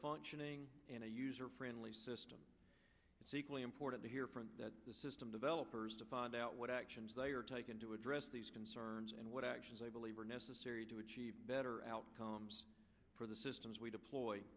functioning and a user friendly system it's equally important to hear from the system developers to find out what actions they are taken to address these concerns and what actions they believe are necessary to achieve better outcomes for the systems we deploy